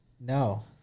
No